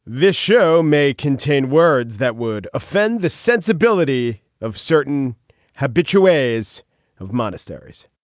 this show may contain words that would offend the sensibility of certain habitual ways of monasteries